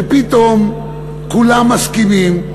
שפתאום כולם מסכימים,